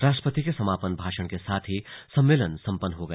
राष्ट्रपति के समापन भाषण के साथ ही सम्मेलन संपन्न हो गया